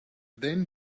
then